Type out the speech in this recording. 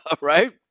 right